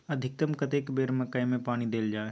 अधिकतम कतेक बेर मकई मे पानी देल जाय?